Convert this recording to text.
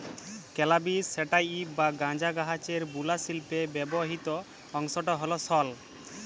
ক্যালাবিস sativa বা গাঁজা গাহাচের বুলা শিল্পে ব্যাবহিত অংশট হ্যল সল